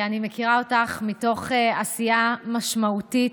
אני מכירה אותך מתוך עשייה משמעותית